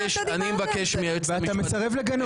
אני מבקש מהיועצת המשפטית --- ואתה מסרב לגנות,